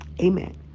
amen